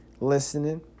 Listening